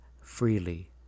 freely